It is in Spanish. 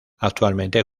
actualmente